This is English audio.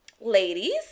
ladies